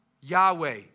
Yahweh